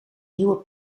nieuwe